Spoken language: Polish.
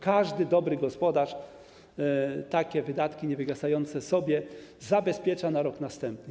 Każdy dobry gospodarz takie wydatki niewygasające zabezpiecza sobie na rok następny.